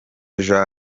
jean